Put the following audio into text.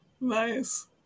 nice